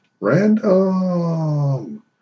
random